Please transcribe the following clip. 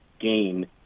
gain